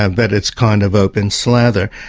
and that it's kind of open slather.